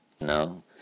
No